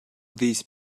these